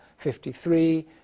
53